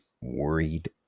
worried